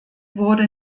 wurde